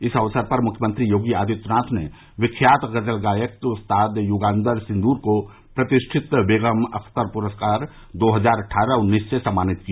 इस अवसर पर मुख्यमंत्री योगी आदित्यनाथ ने विख्यात गजल गायक उस्ताद युगान्तर सिन्दूर को प्रतिष्ठित बेगम अख्तर पुरस्कार दो हजार अट्ठारह उन्नीस से सम्मानित किया